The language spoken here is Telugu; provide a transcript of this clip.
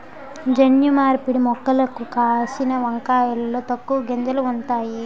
జన్యు మార్పిడి మొక్కలకు కాసిన వంకాయలలో తక్కువ గింజలు ఉంతాయి